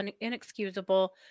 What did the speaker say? inexcusable